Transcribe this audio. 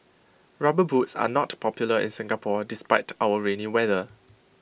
rubber boots are not popular in Singapore despite our rainy weather